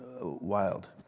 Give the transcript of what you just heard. wild